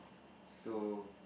so